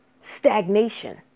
stagnation